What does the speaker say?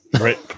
Right